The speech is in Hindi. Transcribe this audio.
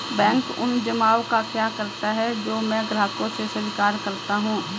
बैंक उन जमाव का क्या करता है जो मैं ग्राहकों से स्वीकार करता हूँ?